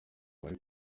bari